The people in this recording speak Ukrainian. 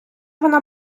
вона